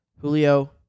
Julio